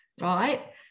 right